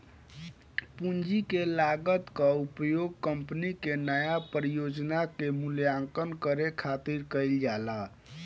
पूंजी के लागत कअ उपयोग कंपनी के नया परियोजना के मूल्यांकन करे खातिर कईल जाला